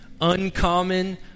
uncommon